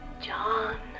John